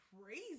crazy